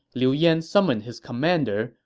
liu yan summoned his commander,